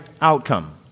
outcome